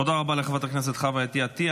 תודה רבה לחברת הכנסת חוה אתי עטייה.